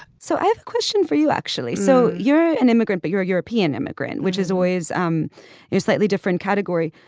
so i have a question for you actually. so you're an immigrant but you're a european immigrant which is always um a slightly different category.